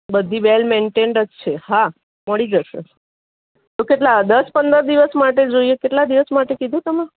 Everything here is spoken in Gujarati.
બધી વેલ મેઈન્ટેઈનડ જ છે હા મળી જશે તો કેટલા દસ પંદર દિવસ માટે જોઈએ કેટલા દિવસ માટે કીધું તમે